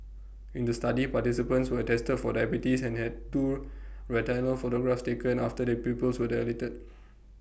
in the study participants were tested for diabetes and had two retinal photographs taken after their pupils were dilated